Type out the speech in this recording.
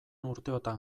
urteotan